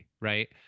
right